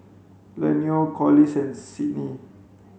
Eleanore Corliss and Sydnie